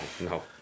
no